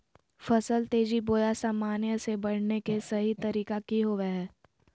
फसल तेजी बोया सामान्य से बढने के सहि तरीका कि होवय हैय?